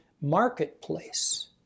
marketplace